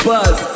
Buzz